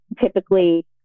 typically